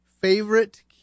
Favorite